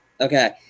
Okay